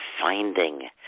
finding